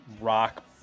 rock